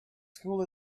school